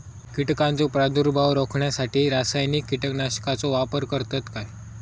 कीटकांचो प्रादुर्भाव रोखण्यासाठी रासायनिक कीटकनाशकाचो वापर करतत काय?